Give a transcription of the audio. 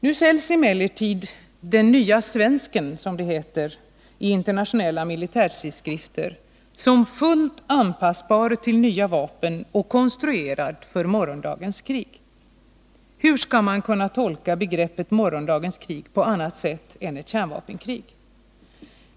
Nu annonseras ”den nya svensken”, som den kallas, i internationella militärtidskrifter som ”fullt anpassbar till nya vapen och konstruerad för morgondagens krig”. Hur skall man kunna tolka begreppet morgondagens krig som annat än ett kärnvapenkrig?